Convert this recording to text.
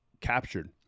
captured